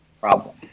problem